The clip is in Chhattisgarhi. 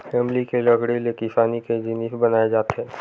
अमली के लकड़ी ले किसानी के जिनिस बनाए जाथे